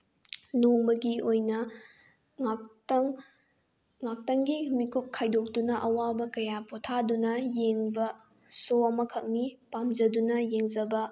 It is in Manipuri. ꯅꯣꯡꯃꯒꯤ ꯑꯣꯏꯅ ꯉꯥꯛꯇꯪ ꯉꯥꯛꯇꯪꯒꯤ ꯃꯤꯀꯨꯞ ꯈꯥꯏꯗꯣꯛꯇꯨꯅ ꯑꯋꯥꯕ ꯀꯌꯥ ꯄꯣꯊꯥꯗꯨꯅ ꯌꯦꯡꯕ ꯁꯣ ꯑꯃꯈꯛꯅꯤ ꯄꯥꯝꯖꯗꯨꯅ ꯌꯦꯡꯖꯕ